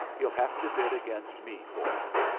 he'll have to bid against me for him.